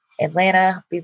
Atlanta